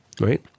right